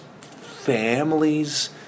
families